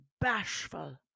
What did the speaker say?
bashful